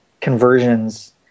conversions